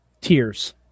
tears